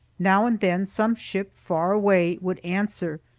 now and then some ship, far away, would answer,